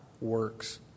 works